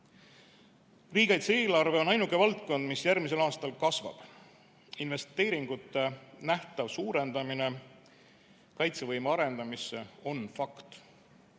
Riigikaitse-eelarve on ainuke valdkond, mis järgmisel aastal kasvab. Investeeringute nähtav suurendamine kaitsevõime arendamisse on fakt.